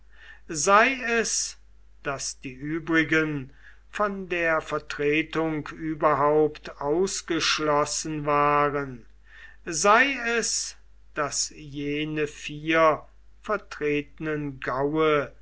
sei es daß die übrigen von der vertretung überhaupt ausgeschlossen waren sei es daß jene vier vertretenen gaue